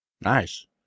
nice